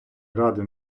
ради